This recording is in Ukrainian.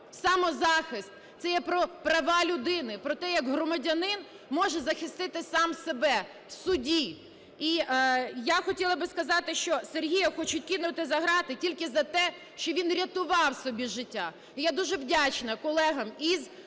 самозахист. Це є про права людини, про те, як громадянин може захистити сам себе в суді. І я хотіла би сказати, що Сергія хочуть кинути за грати тільки за те, що він рятував собі життя. І я дуже вдячна колегам із